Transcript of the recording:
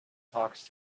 talks